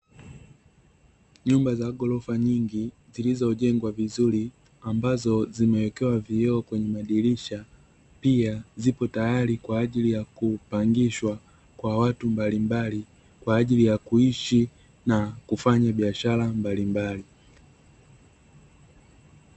Nyumba za ghorofa nyingi zilizojengwa vizuri ambazo zimewekewa vioo kwenye madirisha, pia zipo tayari kwa ajili ya kupangishwa kwa watu mbalimbali kwa ajili ya kuishi na kufanya biashara mbalimbali.